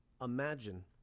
Imagine